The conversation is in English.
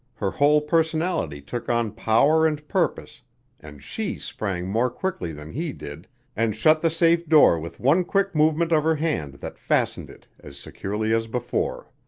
her whole personality took on power and purpose and she sprang more quickly than he did and shut the safe door with one quick movement of her hand that fastened it as securely as before.